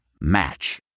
Match